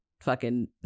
fucking-